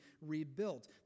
rebuilt